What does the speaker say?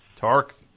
Tark